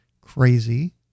Crazy